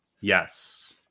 Yes